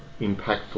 impactful